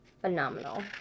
phenomenal